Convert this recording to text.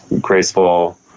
graceful